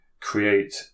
create